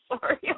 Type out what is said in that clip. sorry